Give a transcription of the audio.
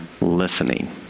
listening